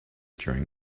during